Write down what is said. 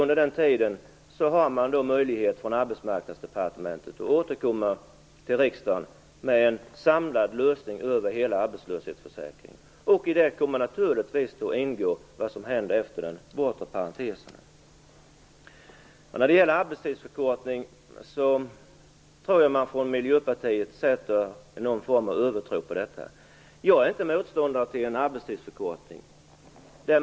Under tiden har Arbetsmarknadsdepartementet möjlighet att återkomma till riksdagen med en samlad lösning för hela arbetslöshetsförsäkringen. Där kommer naturligtvis att ingå vad som händer efter den bortre parentesen. När det gäller arbetstidsförkortningen tror jag att man från Miljöpartiet har någon form av övertro på den. Jag är inte motståndare till en arbetstidsförkortning.